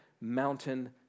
mountain